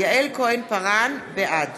בעד